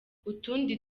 utundi